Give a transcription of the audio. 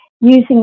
using